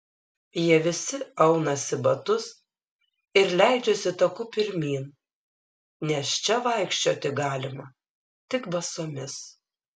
jie visi aunasi batus ir leidžiasi taku pirmyn nes čia vaikščioti galima tik basomis